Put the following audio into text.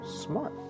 smart